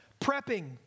prepping